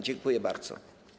Dziękuję bardzo.